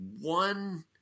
one